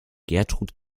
gertrud